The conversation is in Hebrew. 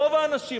רוב האנשים,